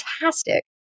fantastic